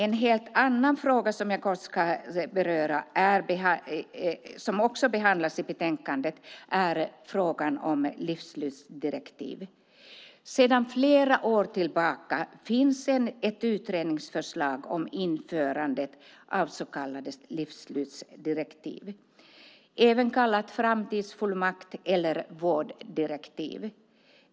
En helt annan fråga som jag kort ska beröra och som också behandlas i betänkandet är frågan om livsslutsdirektiv. Sedan flera år tillbaka finns ett utredningsförslag om införande av så kallade livsslutsdirektiv, även kallade framtidsfullmakter eller vårddirektiv.